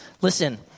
Listen